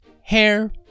hair